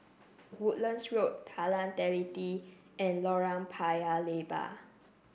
Woodlands Road Jalan Teliti and Lorong Paya Lebar